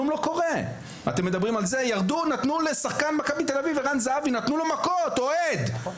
אוהד נתן מכות לערן זהבי שחקן מכבי תל-אביב.